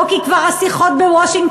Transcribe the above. לא כי כבר השיחות בוושינגטון,